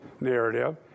narrative